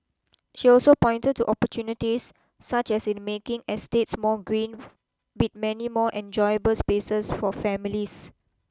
she also pointed to opportunities such as in making estates more green with many more enjoyable spaces for families